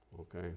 Okay